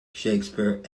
shakespeare